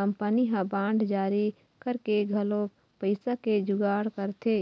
company ह bond जारी करके घलोक पइसा के जुगाड़ करथे